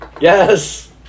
Yes